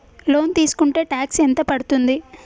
Loan తీస్కుంటే tax ఎంత పడ్తుంది?